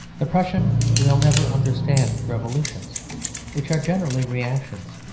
the prussian will never understand revolutions which are generally reactions.